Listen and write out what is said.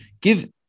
give